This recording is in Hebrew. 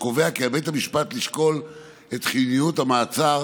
הקובע כי על בית המשפט לשקול את חיוניות המעצר